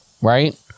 right